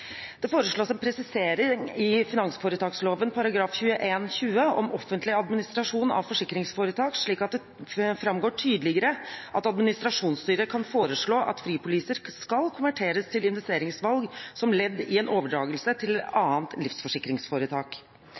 Det foreslås en presisering i finansforetaksloven § 21-20 om offentlig administrasjon av forsikringsforetak, slik at det framgår tydeligere at administrasjonsstyret kan foreslå at fripoliser skal konverteres til investeringsvalg som ledd i en overdragelse til annet livsforsikringsforetak.